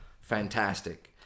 fantastic